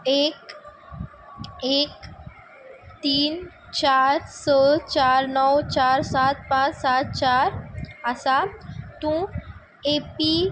एक एक तीन चार स चार णव चार सात पांच सात चार आसा तूं ए पी